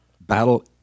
battle